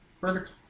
Perfect